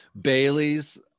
Baileys